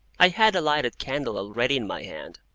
i had a lighted candle already in my hand.